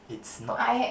it's not